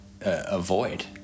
avoid